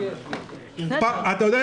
אתה יודע,